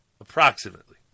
Approximately